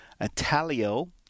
Italio